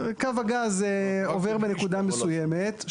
קו הגז עובר בנקודה מסוימת,